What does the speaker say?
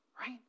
Right